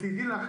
דעי לך,